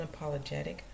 unapologetic